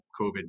COVID